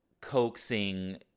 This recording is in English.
coaxing